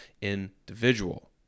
individual